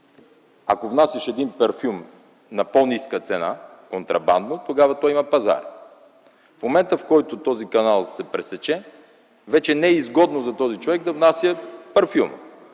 ако внасяш един парфюм на по-ниска цена контрабандно, тогава той има цена. В момента, в който този канал се пресече, вече не е изгодно за този човек да внася парфюма